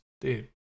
dude